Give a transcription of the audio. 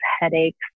headaches